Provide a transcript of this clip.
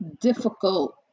difficult